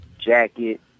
jacket